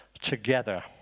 together